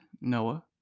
Noah